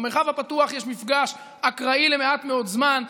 במרחב הפתוח יש מפגש אקראי למעט מאוד זמן,